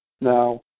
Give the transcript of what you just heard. Now